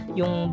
yung